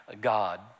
God